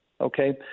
Okay